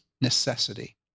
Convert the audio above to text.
necessity